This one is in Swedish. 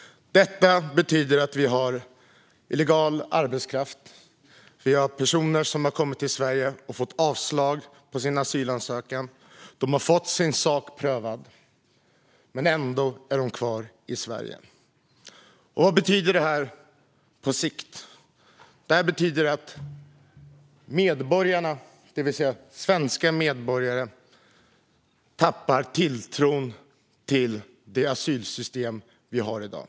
Detta betyder att det finns illegal arbetskraft. Personer har kommit till Sverige och fått avslag på sin asylansökan, de har fått sin sak prövad, men ändå är de kvar i Sverige. Vad betyder det här på sikt? Det betyder att medborgarna, det vill säga svenska medborgare, tappar tilltron till det asylsystem som finns i dag.